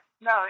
No